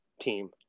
team